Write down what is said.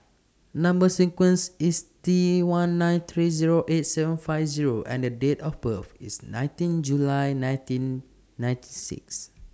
Number sequence IS T one nine three Zero eight seven five Zero and The Date of birth IS nineteen July nineteen ninety six